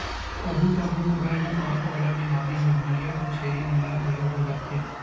कभू कभू गरभपात वाला बेमारी ह भेंड़िया अउ छेरी मन ल घलो हो जाथे